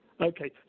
Okay